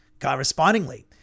Correspondingly